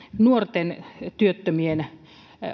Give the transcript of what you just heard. nuorten työttömien